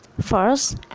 First